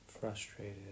frustrated